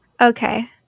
Okay